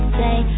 say